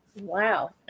wow